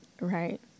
Right